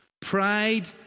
Pride